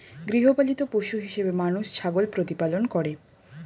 গৃহপালিত পশু হিসেবে মানুষ ছাগল প্রতিপালন করে